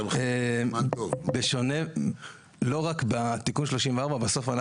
זה שונה לא רק בתיקון 34. בסוף,